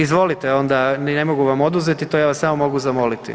Izvolite onda, ni ne mogu vam oduzeti to, ja vas samo mogu zamoliti.